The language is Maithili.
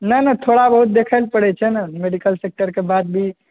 नहि नहि थोड़ा बहुत देखय लए पड़ै छै ने मेडिकल सेक्टरके बाद भी